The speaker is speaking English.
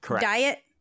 diet